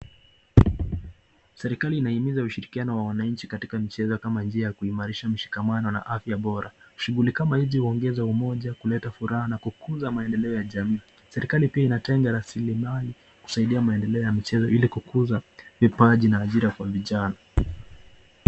Serikali inahimiza ushirikiano wa wananchi katika michezo kama njia ya kuimarisha mshikamano na afya bora. Shughuli kama hizi huongeza umoja, kuleta furaha na kukuza maendeleo ya jamii. Serikali pia inatenga rasilimali kusaidia maendeleo ya michezo ili kukuza vipaji na ajira kwa vijana.